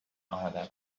آمدم